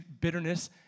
bitterness